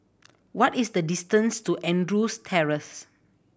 what is the distance to Andrews Terrace